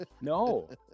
No